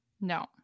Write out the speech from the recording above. No